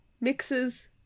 mixes